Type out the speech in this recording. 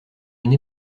une